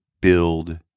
build